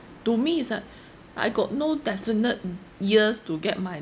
to me is like I got no definite years to get my